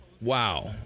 wow